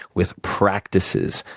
with practices,